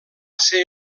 ser